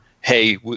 hey